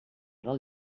del